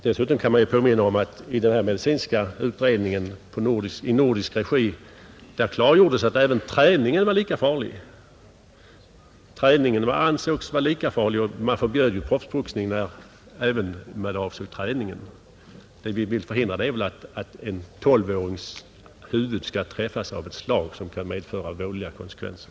Dessutom kan man påminna om att i den medicinska utredning som gjorts i nordisk regi klargjordes att träningen ansågs lika farlig som tävlingen. Man förbjöd ju även träning för proffsboxning. Vad vi vill hindra är väl att någon pojkes huvud skall träffas av ett slag som kan medföra vådliga konsekvenser.